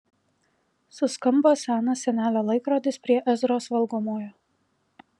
suskambo senas senelio laikrodis prie ezros valgomojo